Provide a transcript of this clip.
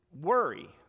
worry